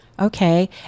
Okay